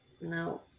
No